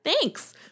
Thanks